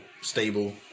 stable